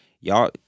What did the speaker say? y'all